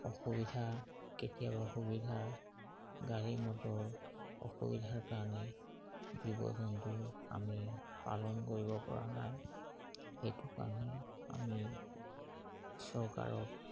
অসুবিধা কেতিয়াবা সুবিধা গাড়ী মটৰৰ অসুবিধাৰ কাৰণে জীৱ জন্তু আমি পালন কৰিবপৰা নাই সেইটো কাৰণে আমি চৰকাৰক